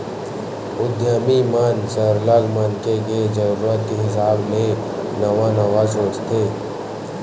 उद्यमी मन सरलग मनखे के जरूरत के हिसाब ले नवा नवा सोचथे